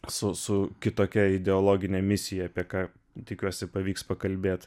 su su kitokia ideologine misija apie ką tikiuosi pavyks pakalbėt